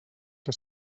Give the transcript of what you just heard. que